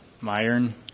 Myron